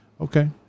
Okay